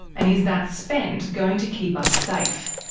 and is that spend going to keep us safe?